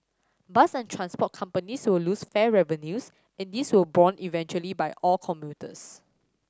bus and transport companies will lose fare revenues and this will borne eventually by all commuters